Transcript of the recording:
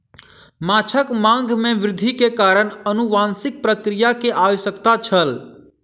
माँछक मांग में वृद्धि के कारण अनुवांशिक प्रक्रिया के आवश्यकता छल